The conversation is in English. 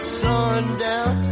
sundown